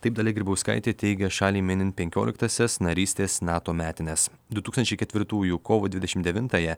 taip dalia grybauskaitė teigia šaliai minint penkioliktąsias narystės nato metines du tūkstančiai ketvirtųjų kovo dvidešim devintąją